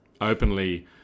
openly